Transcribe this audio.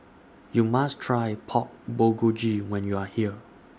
YOU must Try Pork Bulgogi when YOU Are here